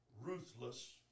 ruthless